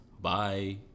Bye